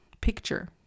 picture